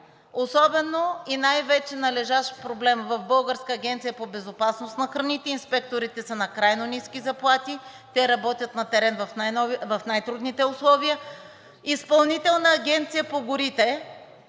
особено и най-вече належащ проблем в Българската агенция по безопасност са храните. Инспекторите са на крайно ниски заплати, те работят на терен в най-трудните условия. Изпълнителната агенция по горите